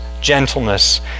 gentleness